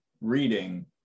reading